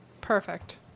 Perfect